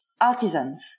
artisans